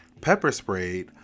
pepper-sprayed